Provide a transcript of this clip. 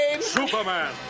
Superman